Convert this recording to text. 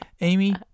Amy